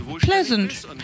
pleasant